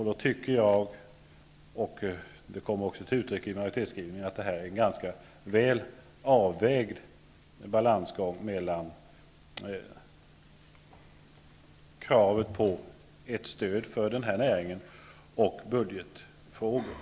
Då tycker jag -- och det kommer till uttryck i majoritetsskrivningen -- att det är en ganska väl avvägd balansgång mellan kravet på ett stöd till rennäringen och budgetfrågorna.